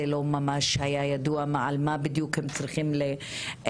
לא ממש היה ידוע על מה הם בדיוק צריכים לדווח.